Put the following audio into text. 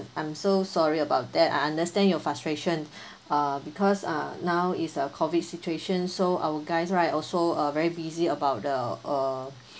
I'm so sorry about that I understand your frustration uh because uh now is a COVID situation so our guys right also uh very busy about the uh